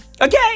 Okay